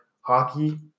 hockey